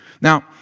Now